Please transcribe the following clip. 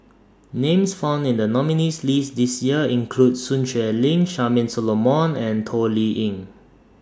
Names found in The nominees' list This Year include Sun Xueling Charmaine Solomon and Toh Liying